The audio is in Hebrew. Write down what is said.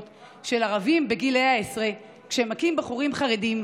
של ערבים בגילי העשרה כשהם מכים בחורים חרדים,